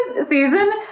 season